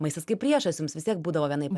maistas kaip priešas jums vis tiek būdavo vienaip ar